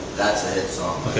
that's a hit song.